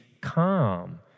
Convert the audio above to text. calm